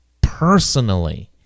personally